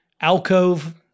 alcove